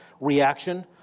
reaction